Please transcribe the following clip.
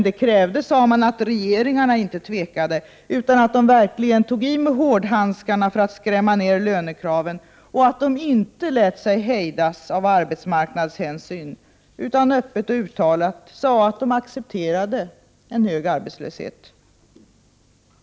Det krävde dock, sade man, att regeringarna inte tvekade, utan verkligen tog i med hårdhandskarna för att skrämma ned lönekraven, att de inte lät sig hejdas av arbetsmarknadshänsyn utan öppet och uttalat sade att de accepterade en höjd arbetslöshet.